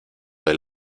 del